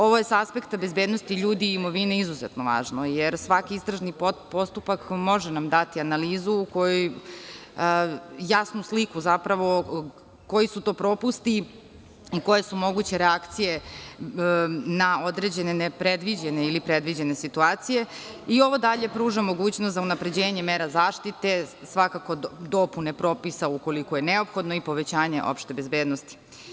Ovo je sa aspekta bezbednosti ljudi i imovine izuzetno važno jer svaki istražni postupak može nam dati analizu, jasnu sliku zapravo, koji su to propusti i koje su moguće reakcije na određene nepredviđene ili predviđene situacije i ovo dalje pruža mogućnost za unapređenje mera zaštite, svakako dopune propisa ukoliko je neophodno i povećanje opšte bezbednosti.